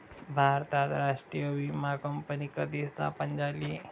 भारतात राष्ट्रीय विमा कंपनी कधी स्थापन झाली?